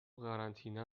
قرنطینه